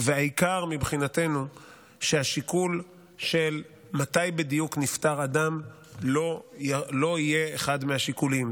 והעיקר מבחינתנו שהשיקול של מתי בדיוק נפטר אדם לא יהיה אחד מהשיקולים.